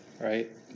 right